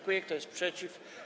Kto jest przeciw?